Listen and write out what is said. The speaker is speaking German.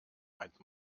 meint